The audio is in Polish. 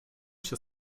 się